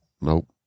nope